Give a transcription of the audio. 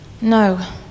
No